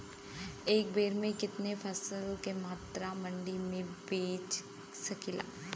एक बेर में कितना फसल के मात्रा मंडी में बेच सकीला?